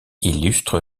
illustre